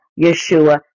Yeshua